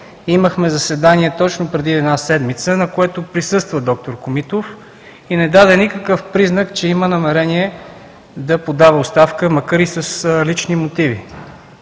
Имахме заседание точно преди една седмица, на което присъства д-р Комитов и не даде никакъв признак, че има намерение да подава оставка, макар и с лични мотиви.